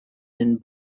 and